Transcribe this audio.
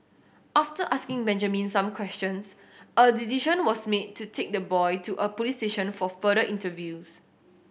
after asking Benjamin some questions a decision was made to take the boy to a police station for further interviews